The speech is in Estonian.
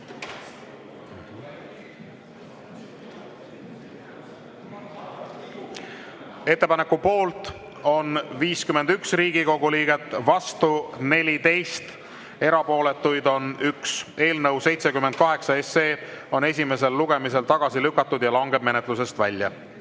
Ettepaneku poolt on 40 Riigikogu liiget, vastu 12, erapooletuid ei ole. Eelnõu 73 on esimesel lugemisel tagasi lükatud ja langeb menetlusest välja.